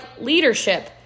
leadership